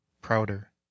prouder